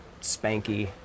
spanky